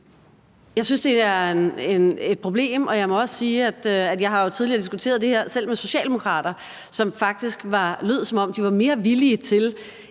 Jeg synes, det er et problem, og jeg må også sige, at jeg jo tidligere har diskuteret det her, selv med socialdemokrater, som faktisk lød, som om de var mere villige til